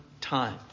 time